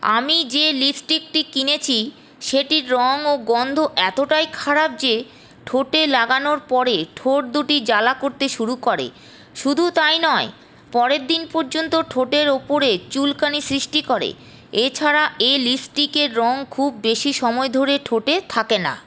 আমি যে লিপস্টিকটি কিনেছি সেটির রং ও গন্ধ এতটাই খারাপ যে ঠোঁটে লাগানোর পরে ঠোঁট দুটি জ্বালা করতে শুরু করে শুধু তাই নয় পরের দিন পর্যন্ত ঠোঁটের উপরে চুলকানি সৃষ্টি করে এছাড়া এ লিপস্টিকের রং খুব বেশি সময় ধরে ঠোঁটে থাকে না